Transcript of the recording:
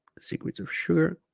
secrets of sugar